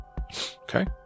Okay